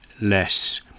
less